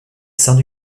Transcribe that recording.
saints